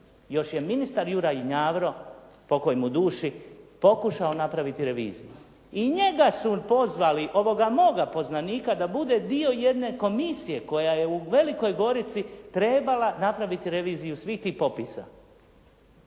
Još je ministar Juraj Njavro pokoj mu duši pokušao napraviti reviziju i njega su pozvali, ovoga moga poznanika da bude dio jedne komisije koja je u Velikoj Gorici trebala napraviti reviziju svih tih popisa.